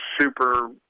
super